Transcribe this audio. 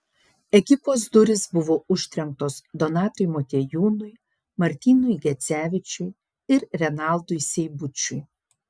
ekipos durys buvo užtrenktos donatui motiejūnui martynui gecevičiui ir renaldui seibučiui